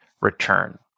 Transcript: return